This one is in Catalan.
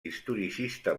historicista